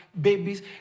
babies